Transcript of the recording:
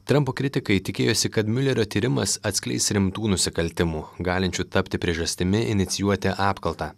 trampo kritikai tikėjosi kad miulerio tyrimas atskleis rimtų nusikaltimų galinčių tapti priežastimi inicijuoti apkaltą